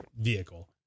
vehicle